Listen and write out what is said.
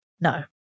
No